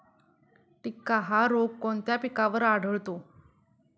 टिक्का हा रोग कोणत्या पिकावर आढळतो?